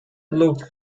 looked